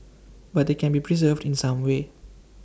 but they can be preserved in some way